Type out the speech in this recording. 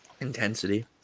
intensity